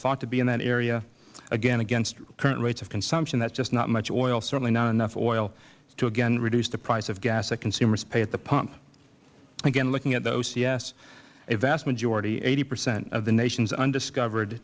thought to be in that area again against current rates of consumption that is just not much oil certainly not enough oil to again reduce the price of gas that consumers pay at the pump again looking at the ocs a vast majority eighty percent of the nation's undiscovered